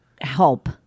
help